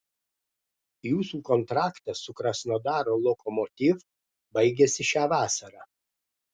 jūsų kontraktas su krasnodaro lokomotiv baigiasi šią vasarą